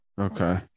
Okay